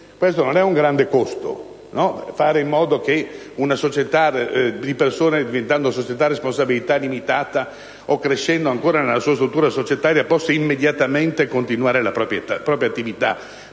imprese. Non è un grande costo fare in modo che una società di persone, diventando società a responsabilità limitata o crescendo nella sua struttura societaria, possa immediatamente continuare la propria attività,